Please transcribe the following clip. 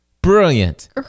Brilliant